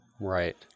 Right